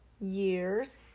years